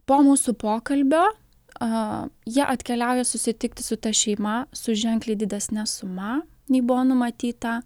po mūsų pokalbio jie atkeliauja susitikti su ta šeima su ženkliai didesne suma nei buvo numatyta